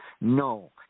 No